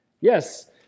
Yes